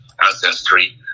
ancestry